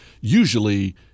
usually